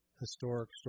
historic